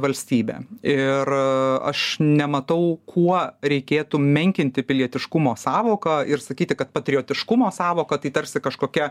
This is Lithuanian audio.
valstybė ir aš nematau kuo reikėtų menkinti pilietiškumo sąvoką ir sakyti kad patriotiškumo sąvoka tai tarsi kažkokia